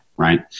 Right